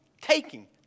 taking